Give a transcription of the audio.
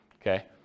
Okay